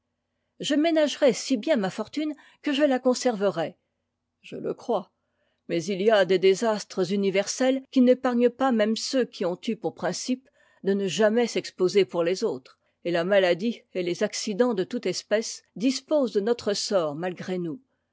je ménagerai si bien ma fortune que je la conserverai je le crois mais il y a des désastres universels qui n'épargnent pas même ceux qui ont eu pour principe de ne jamais s'exposer pour les autres et la maladie et les accidents de toute espèce disposent de notre sort malgré nous